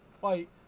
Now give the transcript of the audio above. fight